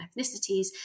ethnicities